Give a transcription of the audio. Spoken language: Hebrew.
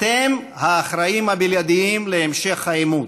אתם האחראיים הבלעדיים להמשך העימות,